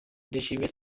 ndayishimiye